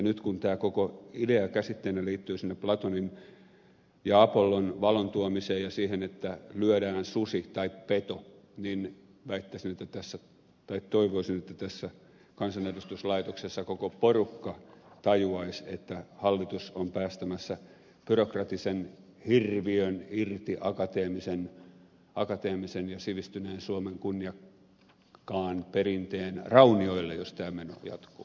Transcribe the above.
nyt kun tämä koko idea käsitteenä liittyy sinne platonin ja apollon valon tuomiseen ja siihen että lyödään susi tai peto niin toivoisin että tässä kansanedustuslaitoksessa koko porukka tajuaisi että hallitus on päästämässä byrokraattisen hirviön irti akateemisen ja sivistyneen suomen kunniakkaan perinteen raunioille jos tämä meno jatkuu